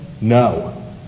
no